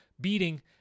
beating